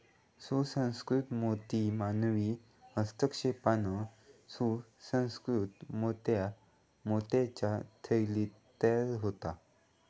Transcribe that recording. सुसंस्कृत मोती मानवी हस्तक्षेपान सुसंकृत मोत्या मोत्याच्या थैलीत तयार होता